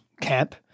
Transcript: camp